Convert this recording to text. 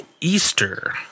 Easter